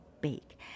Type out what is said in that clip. bake